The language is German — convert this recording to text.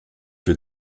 für